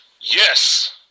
Yes